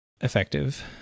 effective